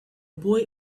boy